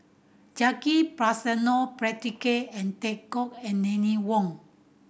Jacki Passmore Patrick and Tay Teck and